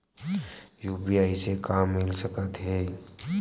UPI से का मिल सकत हे?